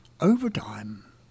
Overtime